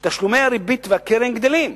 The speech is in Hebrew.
שתשלומי הריבית והקרן גדלים.